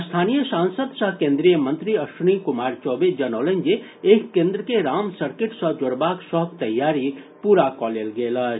स्थानीय सांसद सह केन्द्रीय मंत्री अश्विनी कुमार चौबे जनौलनि जे एहि केन्द्र के राम सर्किट सॅ जोड़बाक सभ तैयारी पूरा कऽ लेल गेल अछि